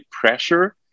pressure